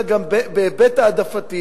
אלא גם בהיבט העדפתי.